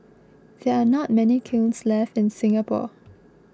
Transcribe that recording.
there are not many kilns left in Singapore